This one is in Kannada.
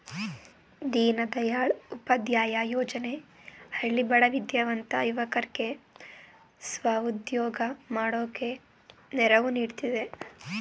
ದೀನದಯಾಳ್ ಉಪಾಧ್ಯಾಯ ಯೋಜನೆ ಹಳ್ಳಿ ಬಡ ವಿದ್ಯಾವಂತ ಯುವಕರ್ಗೆ ಸ್ವ ಉದ್ಯೋಗ ಮಾಡೋಕೆ ನೆರವು ನೀಡ್ತಿದೆ